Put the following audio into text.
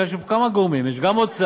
בגלל שיש כמה גורמים: זה גם האוצר,